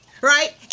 right